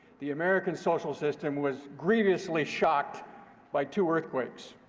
the american social system was grievously shocked by two earthquakes.